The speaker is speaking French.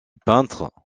peintre